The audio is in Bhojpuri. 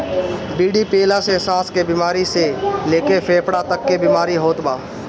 बीड़ी पियला से साँस के बेमारी से लेके फेफड़ा तक के बीमारी होत बा